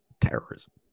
terrorism